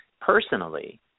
personally